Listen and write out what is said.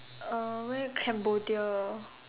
uh where Cambodia